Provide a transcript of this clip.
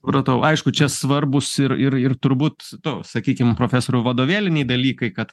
pratau aišku čia svarbūs ir ir ir turbūt nu sakykim profesoriau vadovėliniai dalykai kad